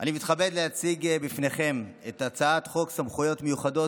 אני מתכבד להציג בפניכם את הצעת חוק סמכויות מיוחדות